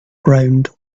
ground